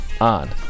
on